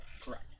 Correct